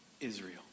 Israel